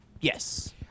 Yes